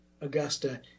Augusta